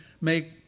make